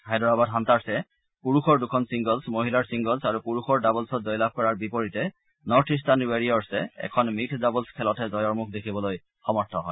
হায়দৰাবাদ হাণ্টাৰ্ছে পুৰুষৰ দুখন ছিংগল্ছ মহিলাৰ ছিংগল্ছ আৰু পুৰুষৰ ডাবল্ছত জয়লাভ কৰাৰ বিপৰীতে নৰ্থ ইটাৰ্ণ ৱেৰিয়ৰ্ছে এখন মিক্সড ডাবল্ছ খেলতহে জয়ৰ মুখ দেখিবলৈ সমৰ্থ হয়